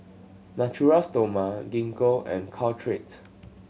Natura Stoma Gingko and Caltrate